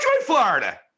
Florida